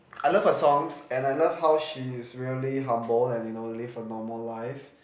I love her songs and I love how she is really humble and you know live a normal life